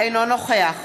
אינו נוכח